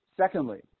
Secondly